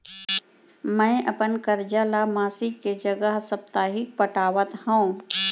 मै अपन कर्जा ला मासिक के जगह साप्ताहिक पटावत हव